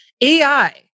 AI